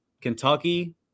Kentucky